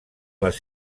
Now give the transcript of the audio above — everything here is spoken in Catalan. les